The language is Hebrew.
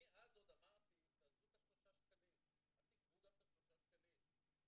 אני אז עוד אמרתי תעזבו את השלושה שקלים,